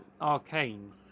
Arcane